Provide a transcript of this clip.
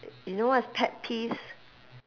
you know what is pet peeves